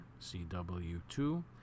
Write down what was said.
CW2